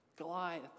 Goliath